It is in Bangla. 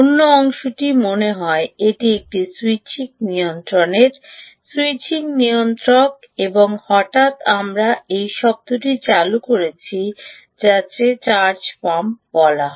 অন্য অংশটি মনে হয় এটি একটি স্যুইচিং নিয়ন্ত্রকের স্যুইচিং নিয়ন্ত্রক এবং হঠাৎ আমরা এই শব্দটি চালু করেছি যা চার্জ পাম্প বলা হয়